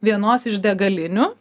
vienos iš degalinių